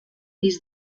pis